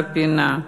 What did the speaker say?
בפינה.